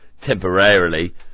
temporarily